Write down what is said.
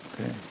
Okay